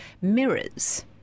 mirrors